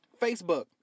Facebook